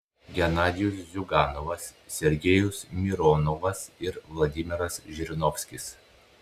genadijus ziuganovas sergejus mironovas ir vladimiras žirinovskis